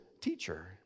teacher